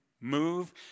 Move